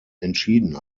entschieden